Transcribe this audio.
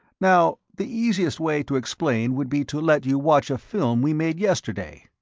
now the easiest way to explain would be to let you watch a film we made yesterday.